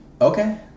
Okay